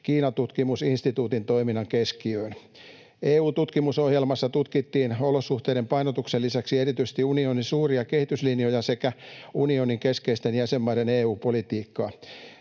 Kiina-tutkimus instituutin toiminnan keskiöön. EU-tutkimusohjelmassa tutkittiin olosuhteiden painotuksen lisäksi erityisesti unionin suuria kehityslinjoja sekä unionin keskeisten jäsenmaiden EU-politiikkaa.